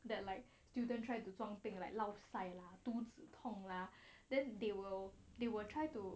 that like student tried to 装病 like lao sai lah 肚子痛 lah then they will they will try to